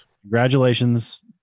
congratulations